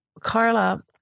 Carla